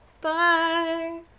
Bye